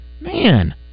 Man